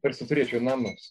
tarsi turėčiau namus